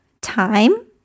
time